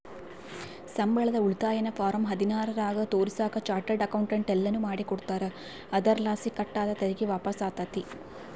ಸಂಬಳದ ಉಳಿತಾಯನ ಫಾರಂ ಹದಿನಾರರಾಗ ತೋರಿಸಾಕ ಚಾರ್ಟರ್ಡ್ ಅಕೌಂಟೆಂಟ್ ಎಲ್ಲನು ಮಾಡಿಕೊಡ್ತಾರ, ಅದರಲಾಸಿ ಕಟ್ ಆದ ತೆರಿಗೆ ವಾಪಸ್ಸಾತತೆ